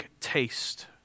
taste